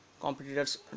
competitors